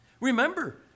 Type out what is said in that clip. Remember